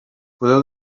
podeu